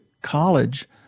college